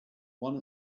one